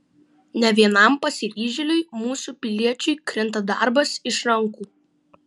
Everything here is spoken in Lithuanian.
ne vienam pasiryžėliui mūsų piliečiui krinta darbas iš rankų